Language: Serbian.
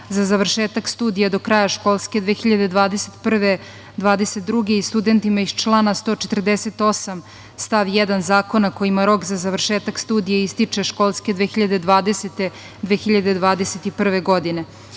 za završetak studija do kraja školske 2021/2022 godine i studentima iz člana 148. stav 1. Zakona koji ima rok za završetak studija ističe školske 2020/2021 godine. Mislim